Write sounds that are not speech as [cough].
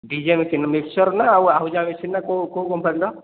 DJ machine mixture ନା ଆଉ [unintelligible] machine ନା କେଉଁ କେଉଁ କମ୍ପାନୀର